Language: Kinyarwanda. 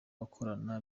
bakorana